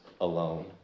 alone